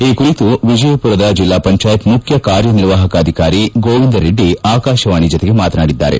ಈ ಕುರಿತು ವಿಜಯಪುರದ ಜಿಲ್ಲಾ ಪಂಚಾಯಿತಿ ಮುಖ್ಯಕಾರ್ಯನಿರ್ವಾಪಕ ಅಧಿಕಾರಿ ಗೋವಿಂದರೆಡ್ಡಿ ಆಕಾಶವಾಣಿ ಜೊತೆಗೆ ಮಾತನಾಡಿದ್ದಾರೆ